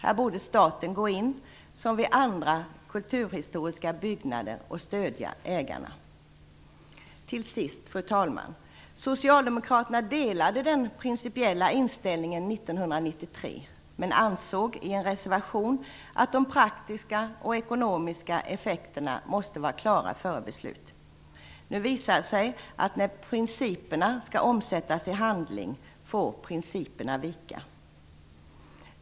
Här borde staten gå in, liksom när det gäller andra kulturhistoriska byggnader, och stödja ägarna. Fru talman! Till sist vill jag säga att Socialdemokraterna delade den principiella inställningen 1993. I en reservation ansåg man dock att de praktiska och ekonomiska effekterna måste vara klara innan ett beslut kan fattas. Nu visade det sig att när principerna skall omsättas till handling får principerna vika.